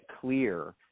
clear